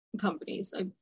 companies